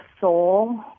soul